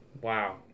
Wow